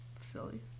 Silly